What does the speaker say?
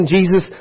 Jesus